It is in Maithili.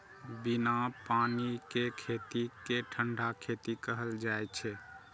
बिना पानि के खेती कें ठंढा खेती कहल जाइ छै